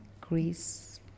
Greece